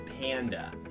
panda